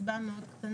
עולה באופן קבוע,